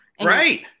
right